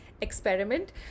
experiment